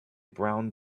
brown